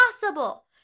possible